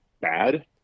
bad